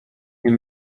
nie